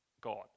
God